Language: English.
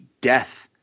death